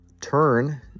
turn